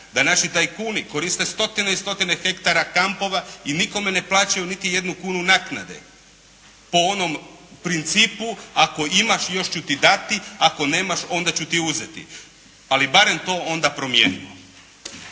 Da naši tajkuni koriste stotine i stotine hektara kampova i nikome ne plaćaju niti jednu kunu naknade po onom principu ako imaš još ću ti dati, ako nemaš onda ću ti uzeti, ali barem to onda promijenimo.